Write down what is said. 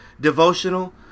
devotional